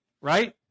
right